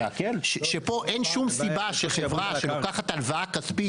פה אין שום סיבה שחברה שלוקחת הלוואה כספית,